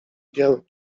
biały